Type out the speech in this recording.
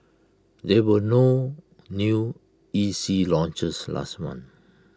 there were no new E C launches last month